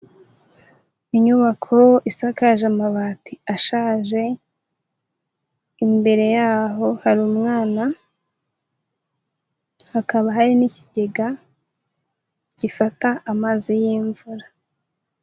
Inyubako isakaje amabati ashaje, imbere yaho hari umwana, hakaba hari n'ikigega gifata amazi y'imvura.